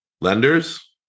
lenders